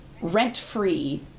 rent-free